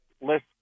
list